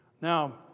Now